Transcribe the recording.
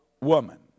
woman